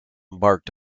embarked